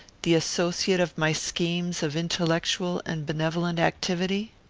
the associate of my schemes of intellectual and benevolent activity?